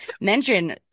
Mention